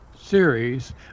series